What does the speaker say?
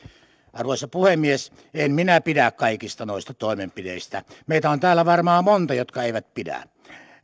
arvoisa puhemies en minä pidä kaikista noista toimenpiteistä meitä on täällä varmaan monta jotka eivät pidä